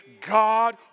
God